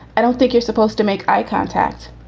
i don't think you're supposed to make eye contact.